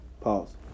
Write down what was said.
Pause